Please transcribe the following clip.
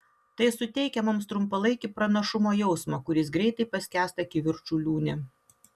tai suteikia mums trumpalaikį pranašumo jausmą kuris greitai paskęsta kivirčų liūne